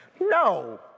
No